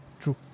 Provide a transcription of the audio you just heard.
true